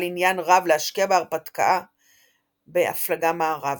עניין רב להשקיע בהרפתקה בהפלגה מערבה,